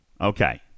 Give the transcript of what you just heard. Okay